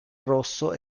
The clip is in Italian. rosso